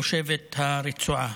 תושבת הרצועה.